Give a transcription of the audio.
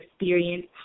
experience